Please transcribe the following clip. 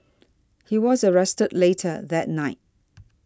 he was arrested later that night